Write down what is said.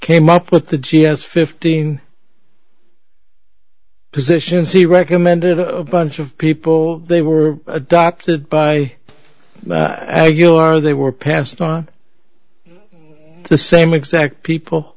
came up with the g s fifteen positions he recommended a bunch of people they were adopted by you are they were passed on the same exact people